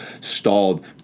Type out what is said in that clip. stalled